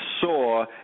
saw